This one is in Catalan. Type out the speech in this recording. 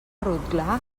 rotglà